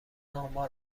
امار